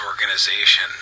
organization